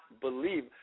believe